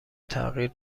تغییر